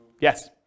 Yes